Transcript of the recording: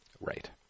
right